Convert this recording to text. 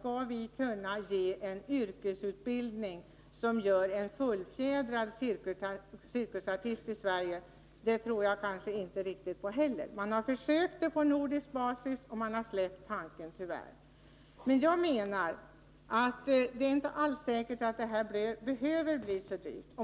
Skall vi kunna ge en sådan yrkesutbildning att vi får fram en fullfjädrad cirkusartist i Sverige? Det tror jag kanske inte riktigt på heller. Man har försökt det på nordisk bas men man har släppt den tanken, tyvärr. å Men jag menar att det inte alls är säkert att det behöver bli så dyrt.